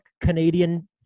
Canadian